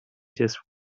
just